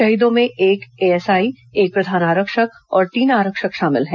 शहीदों में एक एएसआई एक प्रधान आरक्षक और दो आरक्षक शामिल हैं